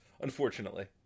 unfortunately